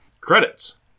Credits